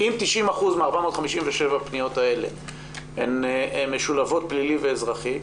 אם 90 אחוזים מ-457 פניות הם משולבות פלילי ואזרחי,